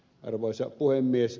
arvoisa puhemies